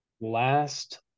last